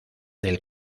del